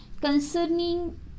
concerning